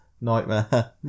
nightmare